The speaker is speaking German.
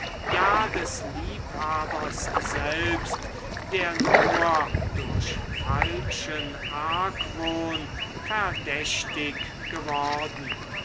ja des liebhabers selbst der nur durch falschen argwohn verdächtig geworden